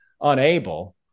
unable